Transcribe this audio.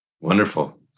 Wonderful